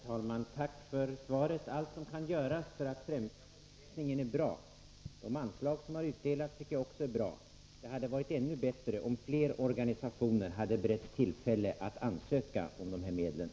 Herr talman! Tack för svaret! Allt som kan göras för att främja bokläsandet är bra. De anslag som 139 utdelats tycker jag också är bra. Det hade varit ännu bättre om fler organisationer hade beretts tillfälle att ansöka om dessa medel.